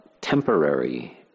temporary